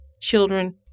children